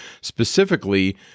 specifically